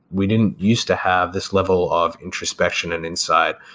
we didn't used to have this level of introspection and insight,